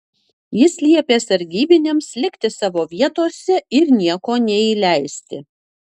jis liepė sargybiniams likti savo vietose ir nieko neįleisti